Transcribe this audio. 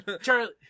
Charlie